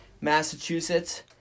Massachusetts